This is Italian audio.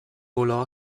volò